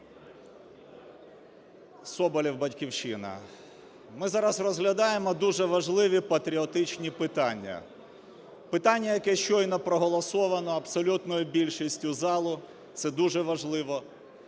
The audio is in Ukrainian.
Соболєв, "Батьківщина". Ми зараз розглядаємо дуже важливі патріотичні питання. Питання, яке щойно проголосоване абсолютною більшістю залу, це дуже важливо.